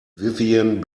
vivien